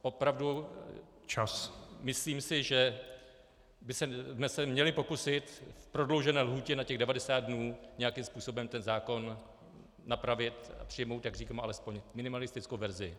Opravdu, myslím si, že bychom se měli pokusit v prodloužené lhůtě na těch 90 dnů nějakým způsobem ten zákon napravit a přijmout, jak říkám, alespoň minimalistickou verzi.